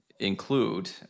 include